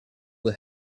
will